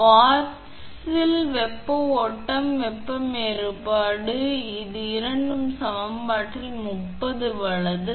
வாட்ஸில் வெப்ப ஓட்டம் வெப்பநிலை வேறுபாடு ℃வெப்ப ஓம்ஸில் வெப்ப எதிர்ப்பு இது இந்த சமன்பாட்டில் உள்ளது 30 வலது